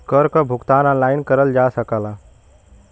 कर क भुगतान ऑनलाइन करल जा सकला